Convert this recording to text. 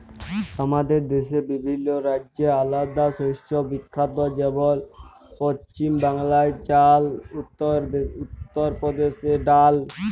আমাদের দ্যাশে বিভিল্ল্য রাজ্য আলেদা শস্যে বিখ্যাত যেমল পছিম বাংলায় চাল, উত্তর পরদেশে ডাল